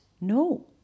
No